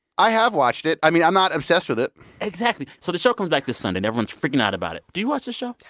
i have watched it. i mean, i'm not obsessed with it exactly. so the show comes back this sunday. and everyone's freaking out about it. do you watch the show?